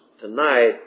Tonight